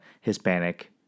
Hispanic